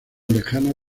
lejano